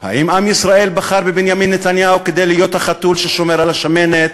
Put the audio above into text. האם עם ישראל בחר בבנימין נתניהו להיות החתול ששומר על השמנת,